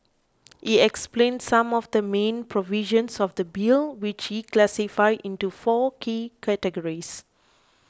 he explained some of the main provisions of the Bill which he classified into four key categories